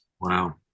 Wow